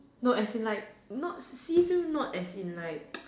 no as in like not see through not as in like